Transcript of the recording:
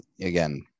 Again